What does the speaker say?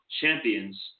champions